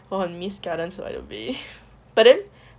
我很 miss gardens by the bay but then